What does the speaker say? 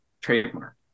Trademark